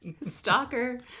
stalker